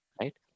right